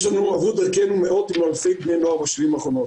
עברו דרכנו מאות אם לא אלפי בני נוער בשנים האחרונות.